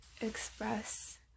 express